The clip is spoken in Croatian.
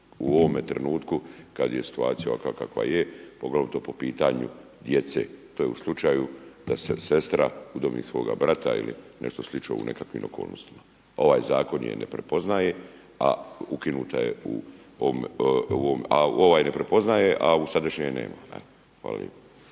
u ovome trenutku kad je situacija ovakva kakva je, poglavito po pitanju djece. To je u slučaju da se sestra udomi svoga brata ili nešto slično u nekakvim okolnostima. Ovaj Zakon je ne prepoznaje, a ukinuta je u ovom, ovaj ne prepoznaje, a u sadašnjem je nema. Evo.